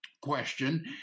question